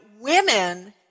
women